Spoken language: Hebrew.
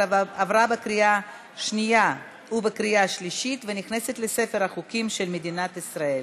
עברה בקריאה שנייה ובקריאה שלישית ונכנסת לספר החוקים של מדינת ישראל.